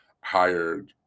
Hired